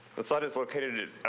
the site is located.